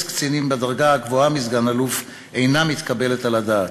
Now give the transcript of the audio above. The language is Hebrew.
קצינים בדרגה הגבוהה מסגן-אלוף אינה מתקבלת על הדעת.